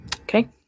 Okay